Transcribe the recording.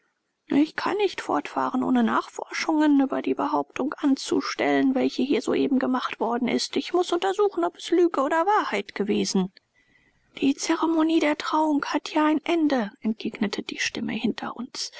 ich kann nicht fortfahren ohne nachforschungen über die behauptung anzustellen welche hier soeben gemacht worden ist ich muß untersuchen ob es lüge oder wahrheit gewesen die ceremonie der trauung hat hier ein ende entgegnete die stimme hinter uns